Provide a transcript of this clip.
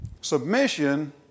Submission